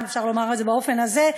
אם אפשר לומר את זה באופן הזה,